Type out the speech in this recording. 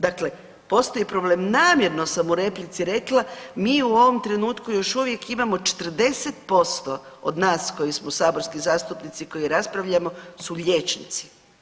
Dakle, postoji problem, namjerno sam u replici rekla mi u ovom trenutku još uvijek imamo 40% od nas koji smo saborski zastupnici koji raspravljamo su liječnici.